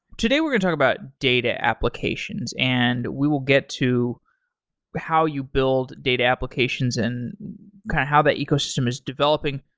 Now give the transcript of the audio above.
today we're going to talk about data applications and we will get to how you build data applications and kind of how that ecosystem is developing.